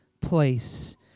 place